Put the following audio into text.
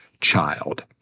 child